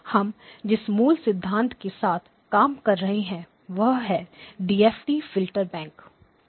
हम जिस मूल सिद्धांत के साथ काम कर रहे हैं वह डीएफटी फ़िल्टर बैंक है